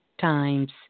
times